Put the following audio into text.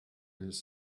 his